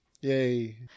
Yay